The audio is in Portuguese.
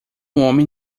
homem